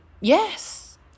Yes